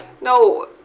No